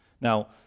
Now